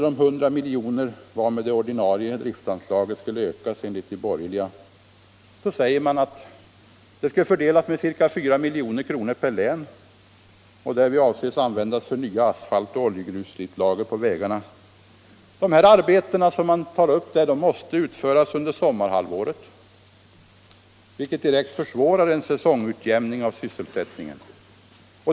De hundra miljoner varmed det ordinarie driftanslaget skulle ökas, enligt de borgerliga, skulle — säger man — fördelas med ca 4 milj.kr.per län; därvid är avsikten att de skulle användas för nya asfaltoch oljegrusslitlager på vägarna. De arbetena måste utföras under sommarhalvåret, vilket direkt försvårar en säsongutjämning av sysselsättningen.